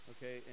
Okay